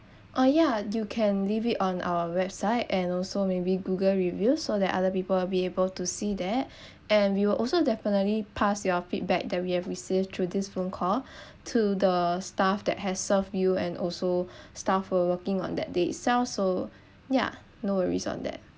uh yeah you can leave it on our website and also maybe google review so that other people will be able to see that and we will also definitely pass your feedback that we have received through this phone call to the staff that has served you and also staff who working on that day itself so yeah no worries on that